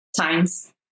times